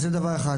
זה דבר אחד.